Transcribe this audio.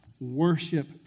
Worship